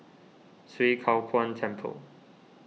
Swee Kow Kuan Temple